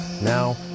now